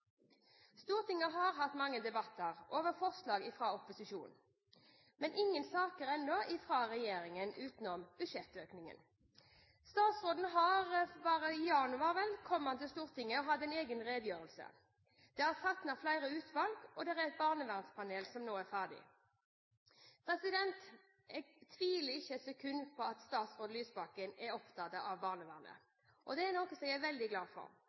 Stortinget har hatt mange debatter over forslag fra opposisjonen, men ennå ingen saker fra regjeringen utenom budsjettøkningen. Statsråden kom – i januar, var det vel – til Stortinget med en egen redegjørelse. Det er satt ned flere utvalg og et barnevernspanel, som nå er ferdig. Jeg tviler ikke et sekund på at statsråd Lysbakken er opptatt av barnevernet, og det er noe jeg er veldig glad for,